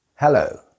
Hello